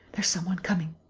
there's some one coming.